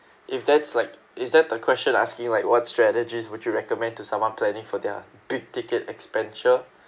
if that's like is that the question asking like what strategies would you recommend to someone planning for their big ticket expenditure